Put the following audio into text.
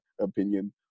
opinion